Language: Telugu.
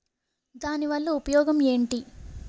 దాని వల్ల ఉపయోగం ఎంటి?